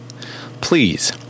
Please